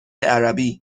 عربی